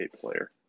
player